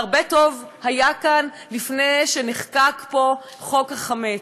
והרבה טוב היה כאן לפני שנחקק פה חוק החמץ.